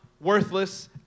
worthless